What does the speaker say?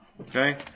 Okay